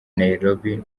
nairobi